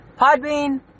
Podbean